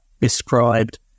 described